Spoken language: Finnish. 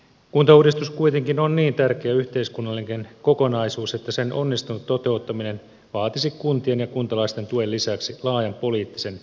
kuntauudistus kuitenkin on niin tärkeä yhteiskunnallinen kokonaisuus että sen onnistunut toteuttaminen vaatisi kuntien ja kuntalaisten tuen lisäksi laajan poliittisen yhteisymmärryksen